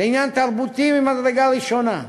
זה עניין תרבותי ממדרגה ראשונה.